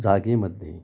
जागेमध्ये